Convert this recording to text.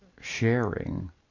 sharing